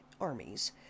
armies